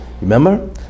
Remember